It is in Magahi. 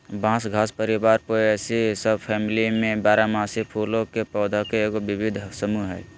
बांस घास परिवार पोएसी सबफैमिली में बारहमासी फूलों के पौधा के एगो विविध समूह हइ